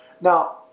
Now